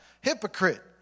Hypocrite